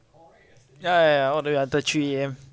ya ya ya all the way until three A_M